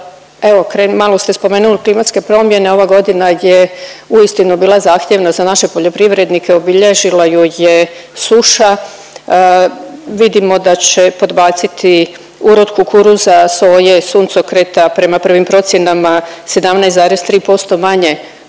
malo ste spomenuli klimatske promjene. Ova godina je uistinu bila zahtjevna za naše poljoprivrednike, obilježila ju je suša. Vidimo da će podbaciti urod kukuruza, soje, suncokreta. Prema prvim procjenama 17,3% manje